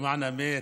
למען האמת,